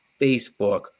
Facebook